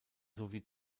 sowie